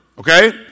Okay